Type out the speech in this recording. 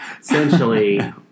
Essentially